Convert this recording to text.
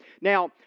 Now